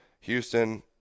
houston